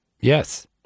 Yes